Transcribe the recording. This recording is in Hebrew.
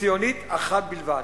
ציונית אחת בלבד?